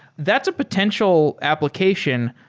that's a potential application.